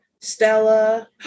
stella